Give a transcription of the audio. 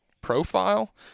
profile